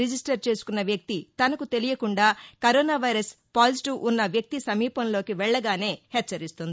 register చేసుకున్న వ్యక్తి తనకు తెలియకుండా కరోనా వైరస్ పాజిటివ్ ఉన్న వ్యక్తి సమీపంలోకి వెళ్లగానే హెచ్చరిస్తుంది